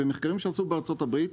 במחקרים שנעשו בארה"ב,